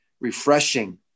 refreshing